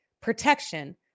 protection